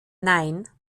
nein